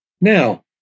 now